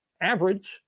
average